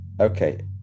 okay